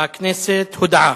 הכנסת, הודעה.